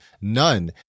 None